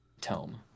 tome